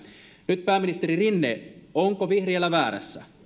nyt pääministeri rinne onko vihriälä väärässä